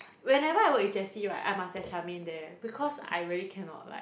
whenever I work with Jessie right I must have Charmaine there because I really cannot like